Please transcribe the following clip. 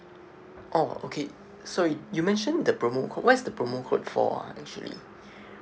oh okay sorry you mentioned the promo code what is the promo code for ah actually